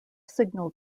signal